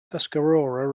tuscarora